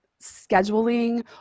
scheduling